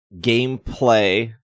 gameplay